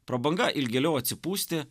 prabanga ilgėliau atsipūsti